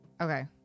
Okay